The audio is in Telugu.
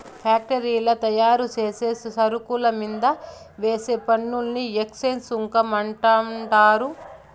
ఫ్యాక్టరీల్ల తయారుచేసే సరుకుల మీంద వేసే పన్నుని ఎక్చేంజ్ సుంకం అంటండారు